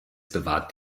bewahrt